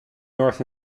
north